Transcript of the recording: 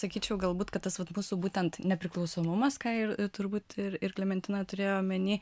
sakyčiau galbūt kad tas vat mūsų būtent nepriklausomumas ir turbūt ir ir klementina turėjo omeny